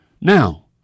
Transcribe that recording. Now